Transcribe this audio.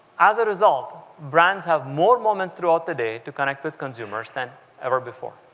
as a result, brands have more moments throughout the day to connect with consumers than ever before.